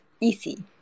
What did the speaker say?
easy